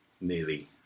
nearly